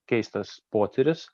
keistas potyris